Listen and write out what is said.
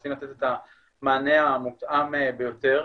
ומנסים לתת את המענה המותאם ביותר.